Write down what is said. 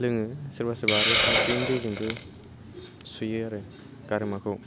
लोङो सोरबा सोरबा आरो संख्रिनि दैजोंबो सुयो आरो गारामाखौ